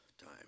Time